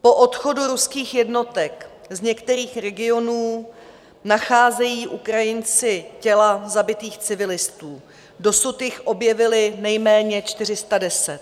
Po odchodu ruských jednotek z některých regionů nacházejí Ukrajinci těla zabitých civilistů, dosud jich objevili nejméně 410.